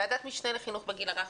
ועדת משנה לחינוך בגיל הרך,